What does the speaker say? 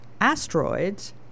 asteroids